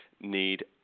need